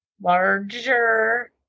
larger